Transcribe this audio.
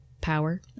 power